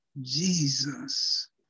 Jesus